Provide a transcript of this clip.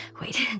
wait